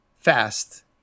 fast